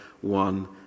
one